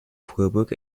vorburg